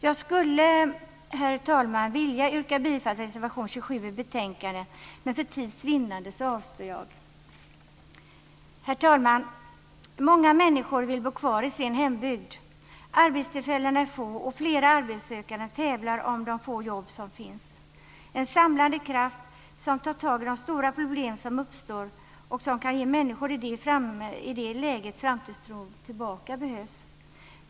Jag skulle, herr talman, vilja yrka bifall till reservation nr 27 i betänkandet men för tids vinnande avstår jag. Herr talman! Många människor vill bo kvar i sin hembygd men arbetstillfällena är få och flera arbetssökande tävlar om de få jobb som finns. En samlande kraft behövs som tar tag i de stora problem som uppstår och som kan ge människor i det läget framtidstron tillbaka.